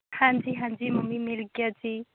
ਹਾਂਜੀ ਹਾਂਜੀ ਮੰਮੀ ਮਿਲ ਗਿਆ ਜੀ